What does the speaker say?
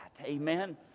Amen